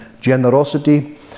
generosity